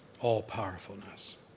all-powerfulness